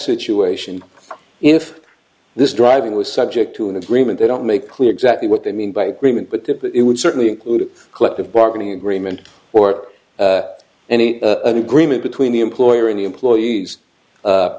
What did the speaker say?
situation in if this driving was subject to an agreement they don't make clear exactly what they mean by agreement but it would certainly include a collective bargaining agreement or any agreement between the employer and the employees